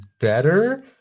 better